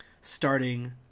starting